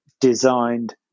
designed